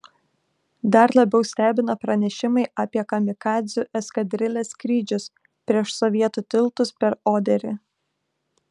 dar labiau stebina pranešimai apie kamikadzių eskadrilės skrydžius prieš sovietų tiltus per oderį